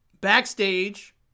Backstage